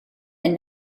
and